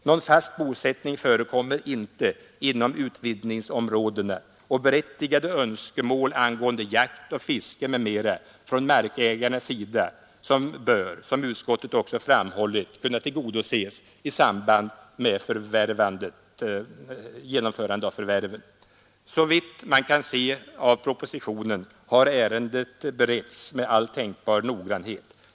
Någon fast bosättning förekommer inte inom utvidgningsområdena, och berättigade önskemål angående jakt och fiske m.m. från markägarnas sida bör — som utskottet också framhållit — kunna tillgodoses i samband med genomförandet av förvärven. Såvitt man kan se av propositionen har ärendet beretts med all tänkbar noggrannhet.